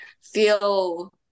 feel